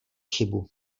chybu